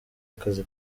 akazi